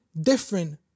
different